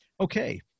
Okay